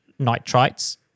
nitrites